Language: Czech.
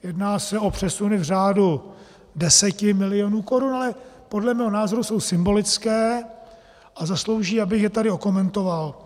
Jedná se o přesuny v řádu 10 milionů Kč, ale podle mého názoru jsou symbolické a zaslouží, abych je tady okomentoval.